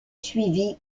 suivi